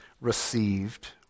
Received